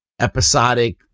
episodic